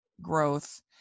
growth